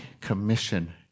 commission